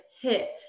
hit